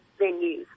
venues